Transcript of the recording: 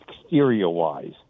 exterior-wise